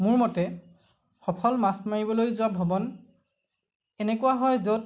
মোৰ মতে সফল মাছ মাৰিবলৈ যোৱা ভ্ৰমণ এনেকুৱা হয় য'ত